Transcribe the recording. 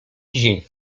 tydzień